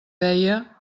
deia